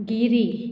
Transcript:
Giri